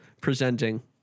presenting